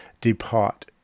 depart